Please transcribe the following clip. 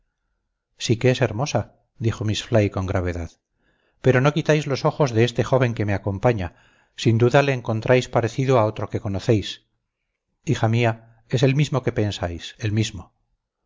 que es hermosa dijo miss fly con gravedad pero no quitáis los ojos de este joven que me acompaña sin duda le encontráis parecido a otro que conocéis hija mía es el mismo que pensáis el mismo